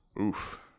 Oof